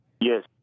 Yes